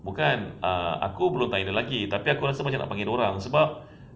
bukan ah aku belum tanya dia lagi tapi aku rasa macam nak panggil dia orang sebab